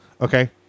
Okay